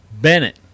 Bennett